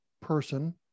person